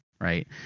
right